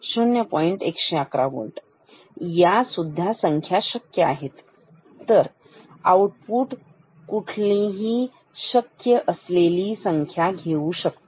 111 volt या सुद्धा संख्या शक्य आहेत तर आउटपुट कुठलीही शक्य असलेली संख्या असू शकते